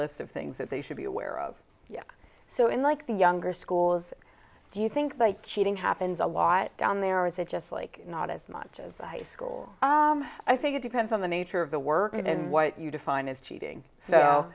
list of things that they should be aware of so unlike the younger schools do you think they cheating happens a lot down there or is it just like not as much as i school i think it depends on the nature of the work and what you define as cheating